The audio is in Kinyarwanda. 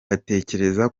batekereza